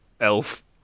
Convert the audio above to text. elf